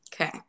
Okay